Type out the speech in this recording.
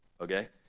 okay